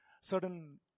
certain